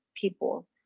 people